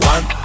One